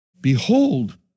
behold